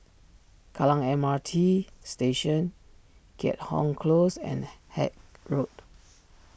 Kallang M R T Station Keat Hong Close and Haig Road